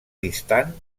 distant